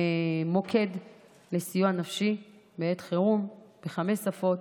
מוקד לסיוע נפשי בעת חירום בחמש שפות,